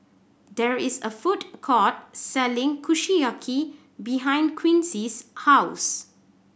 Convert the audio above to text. there is a food court selling Kushiyaki behind Quincy's house